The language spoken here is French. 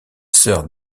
sœur